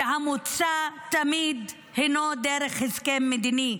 והמוצא תמיד הינו דרך הסכם מדיני.